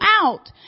out